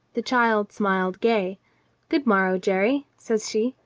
the child smiled gay good morrow, jerry, says she.